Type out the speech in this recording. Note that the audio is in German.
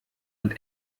und